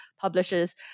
publishers